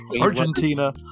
Argentina